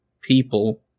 people